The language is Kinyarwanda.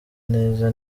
neza